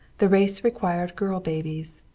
the race required girl babies.